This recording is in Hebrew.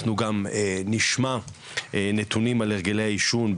אנחנו גם נשמע נתונים על הרגלי העישון,